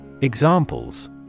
Examples